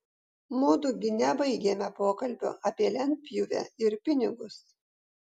mudu gi nebaigėme pokalbio apie lentpjūvę ir pinigus